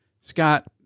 scott